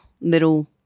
little